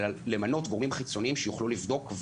אלא למנות גורמים חיצוניים שיוכלו לבדוק,